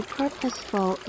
purposeful